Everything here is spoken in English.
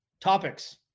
Topics